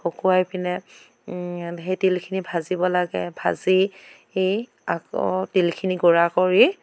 শুকুৱাই পিনে সেই তিলখিনি ভাজিব লাগে ভাজি সেই আকৌ তিলখিনি গুড়া কৰি